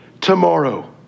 tomorrow